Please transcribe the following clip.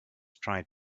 tried